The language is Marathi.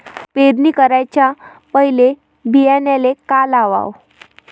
पेरणी कराच्या पयले बियान्याले का लावाव?